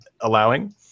allowing